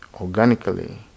organically